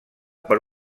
per